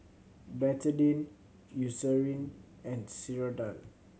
Betadine Eucerin and Ceradan